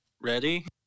Ready